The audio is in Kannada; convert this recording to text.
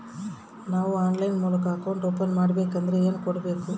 ನಾವು ಆನ್ಲೈನ್ ಮೂಲಕ ಅಕೌಂಟ್ ಓಪನ್ ಮಾಡಬೇಂಕದ್ರ ಏನು ಕೊಡಬೇಕು?